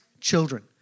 children